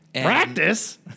Practice